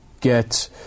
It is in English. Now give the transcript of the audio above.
get